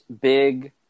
big